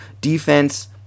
Defense